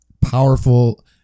powerful